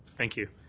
thank you